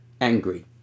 angry